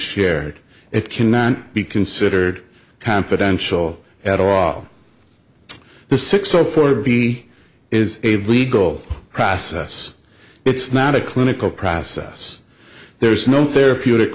shared it cannot be considered confidential at all the six zero four b is a legal process it's not a clinical process there is no therapeutic